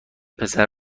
پسره